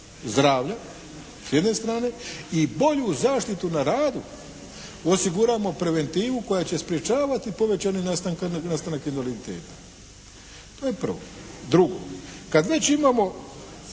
zdravlja s jedne strane i bolju zaštitu na radu osiguramo preventivu koja će sprečavati povećani nastanak invaliditeta. To je prvo. Drugo, kad već imamo